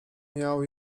miał